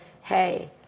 hey